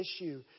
issue